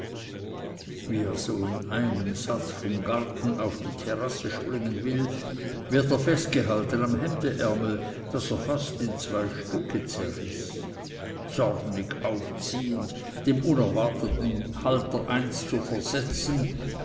wie er so in einem satz vom garten auf die terrasse springen will wird er festgehalten am hemdärmel daß er fast in zwei stücke zerriß zornig aufziehend dem unerwarteten halter eins zu versetzen